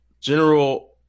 General